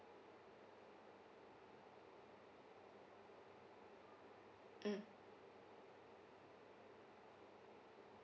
mm